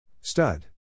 Stud